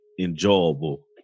enjoyable